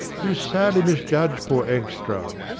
you sadly misjudge poor engstrand.